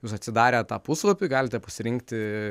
jūs atsidarę tą puslapį galite pasirinkti